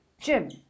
Jim